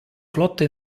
flotta